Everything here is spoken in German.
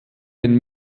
den